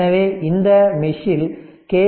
எனவே இந்த மெஷில் கே